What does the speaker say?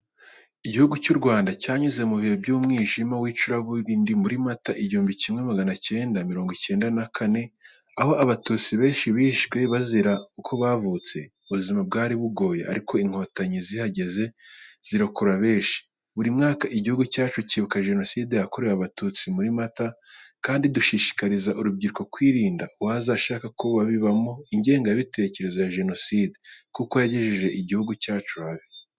Igihugu cy'u Rwanda cyanyuze mu bihe by'umwijima w'icuraburindi muri Mata mu gihumbi kimwe magana cyenda na mirongo icyenda na kane, aho Abatutsi benshi bishwe bazira uko bavutse. Ubuzima bwari bugoye ariko Inkotanyi zihageze zirokora benshi. Buri mwaka iguhugu cyacu cyibuka Jenoside yakorewe Abatutsi muri Mata, kandi dushishikariza urubyiruko kwirinda uwaza ashaka kubabibamo ingengabitekerezo ya jenoside, kuko yagejeje igihugu cyacu ahabi.